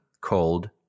called